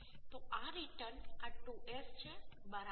તો આ રીટર્ન આ 2S છે બરાબર